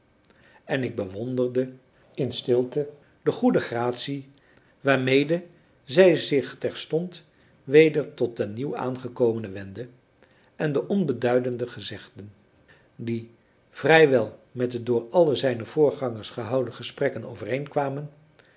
en ik bewonderde in stilte de goede gratie waarmede zij zich terstond weder tot den nieuwaangekomene wendde en de onbeduidende gezegden die vrij wel met de door al zijne voorgangers gehoudene gesprekken